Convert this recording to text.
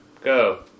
Go